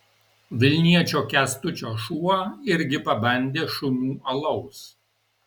vilniečio kęstučio šuo irgi pabandė šunų alaus